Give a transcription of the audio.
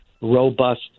robust